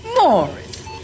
Morris